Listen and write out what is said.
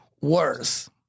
worse